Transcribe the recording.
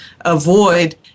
avoid